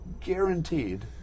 guaranteed